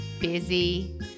busy